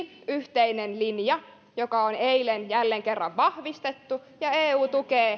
yhteinen linja joka on eilen jälleen kerran vahvistettu eu tukee